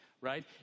right